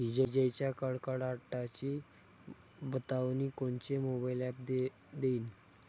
इजाइच्या कडकडाटाची बतावनी कोनचे मोबाईल ॲप देईन?